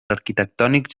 arquitectònics